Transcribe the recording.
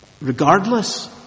regardless